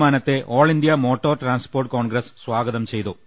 തീരുമാനത്തെ all India motor transport congress സ്വാഗതം ചെയ്തു